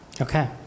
Okay